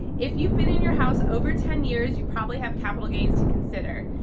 if you've been in your house over ten years, you probably have capital gains to consider.